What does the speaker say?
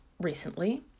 recently